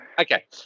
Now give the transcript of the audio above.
Okay